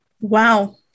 Wow